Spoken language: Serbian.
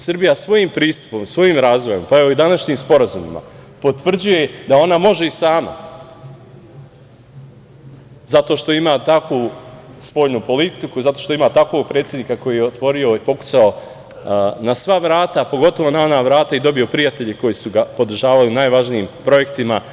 Srbija svojim pristupom, svojim razvojem, pa evo i današnjim sporazumima, potvrđuje da ona može i sama zato što ima takvu spoljnu politiku, zato što ima takvog predsednika koji je otvorio i pokucao na sva vrata, a pogotovo na ona vrata i dobio prijatelje koji su ga podržavali u najvažnijim projektima.